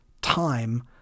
time